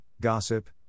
gossip